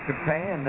Japan